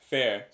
Fair